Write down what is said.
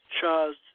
Charles